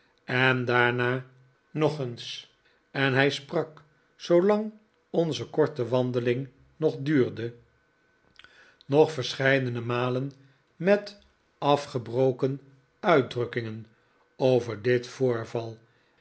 en daarna nog eens en hij sprak zoolang onze korte wandeling nog duurde nog verscheidene malen met afgebroken uitdrukkingen over dit voorval